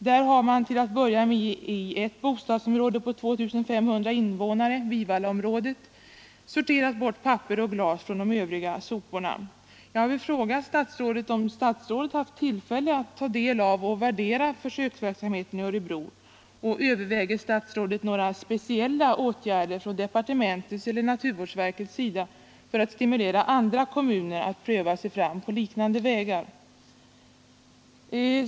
Där har man till att börja med i ett bostadsområde med 2 500 invånare, Vivallaområdet, sorterat bort papper och glas från de övriga soporna. Jag vill fråga statsrådet om statsrådet har haft tillfälle att ta del av och värdera försöksverksamheten i Örebro. Och överväger man några speciella åtgärder från departementets eller naturvårdsverkets sida för att stimulera andra kommuner att pröva sig fram på liknande vägar?